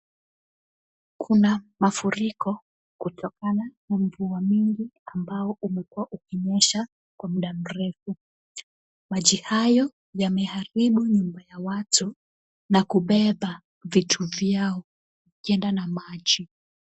Kuna mafuriko kutokana na mvua mingi ambao umekuwa ukinyesha kwa muda mrefu . Maji hayo yameharibu nyumba ya watu na kubeba vitu vyao ikienda na maji.